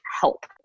help